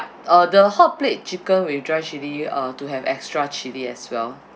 uh the hotplate chicken with dry chilli uh to have extra chilli as well